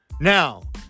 now